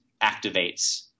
activates